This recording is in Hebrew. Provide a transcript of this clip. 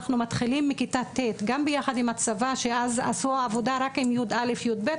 אנחנו מתחילים מכיתה ט' גם ביחד עם הצבא שאז עשו עבודה רק עם י"א-י"ב.